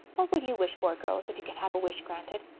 what would you wish for, girls, if you could have a wish granted?